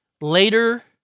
later